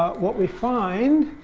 ah what we find